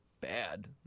bad